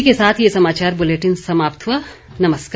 इसके साथ ये समाचार बुलेटिन समाप्त हुआ नमस्कार